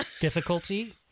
difficulty